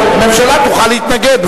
הממשלה תוכל להתנגד,